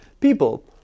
people